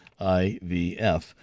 IVF